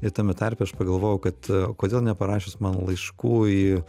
ir tame tarpe aš pagalvojau kad o kodėl neparašius mano laiškų į